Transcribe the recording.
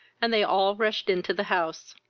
and they all rushed into the house.